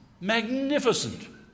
magnificent